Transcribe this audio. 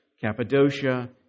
Cappadocia